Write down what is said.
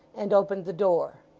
and opened the door.